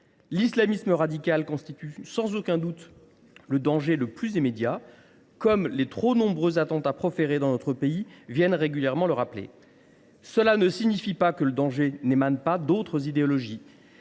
L’islamisme radical constitue sans aucun doute le danger le plus immédiat, comme les trop nombreux attentats commis dans notre pays le rappellent régulièrement. Cela ne signifie pas que le danger ne puisse pas émaner d’autres idéologies.